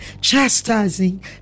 chastising